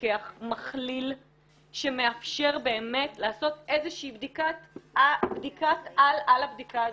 מפקח מכליל שמאפשר באמת לעשות איזושהי "בדיקת על" על הבדיקה הזאת,